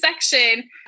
section